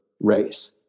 race